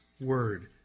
word